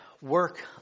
work